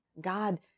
God